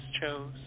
chose